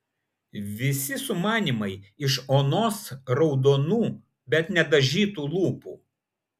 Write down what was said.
visi sumanymai iš onos raudonų bet nedažytų lūpų